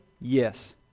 yes